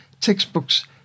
textbooks